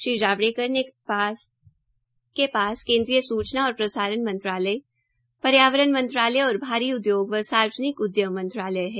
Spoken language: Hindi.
श्री जावड़ेकर के पास केन्द्रीय सूचना और प्रसारण मंत्रालय पर्यावरण मंत्रालय और भारी उदयोग व सार्वजनिक उद्यम मंत्रालय है